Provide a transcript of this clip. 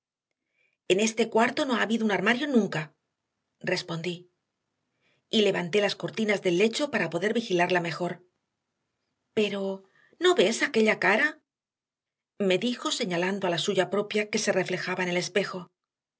en este cuarto no ha habido un armario nunca respondí y levanté las cortinas del lecho para poder vigilarla mejor pero no ves aquella cara me dijo señalando a la suya propia que se reflejaba en el espejo